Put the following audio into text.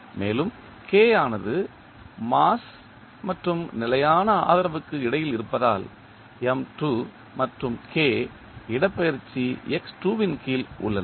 மேலும் K ஆனது mass மற்றும் நிலையான ஆதரவுக்கு இடையில் இருப்பதால் மற்றும் K இடப்பெயர்ச்சி இன் கீழ் உள்ளன